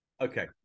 okay